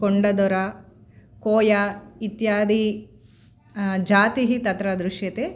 कोण्डदरा कोया इत्यादि जातिः तत्र दृश्यते